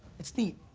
it's neat.